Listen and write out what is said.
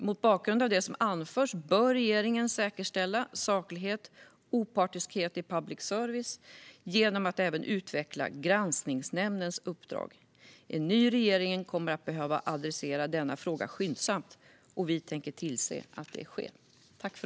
Mot bakgrund av det som anförts bör regeringen säkerställa saklighet och opartiskhet i public service genom att även utveckla Granskningsnämndens uppdrag. En ny regering kommer att behöva adressera denna fråga skyndsamt, och vi tänker tillse att det sker.